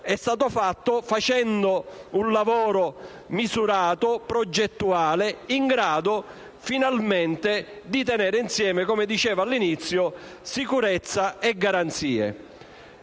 è stato fatto con un lavoro misurato e progettuale, in grado finalmente di tenere insieme - come dicevo all'inizio - sicurezza e garanzie.